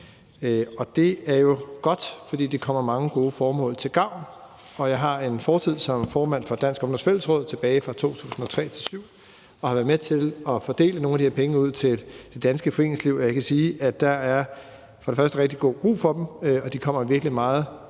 Det er jo godt, fordi det kommer mange gode formål til gavn. Jeg har en fortid som formand for Dansk Ungdoms Fællesråd tilbage i 2003-2007 og har været med til at fordele nogle af de her penge til det danske foreningsliv. Og jeg kan sige, at der for det første er rigtig god brug for dem, og at der for det